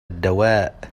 الدواء